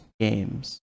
games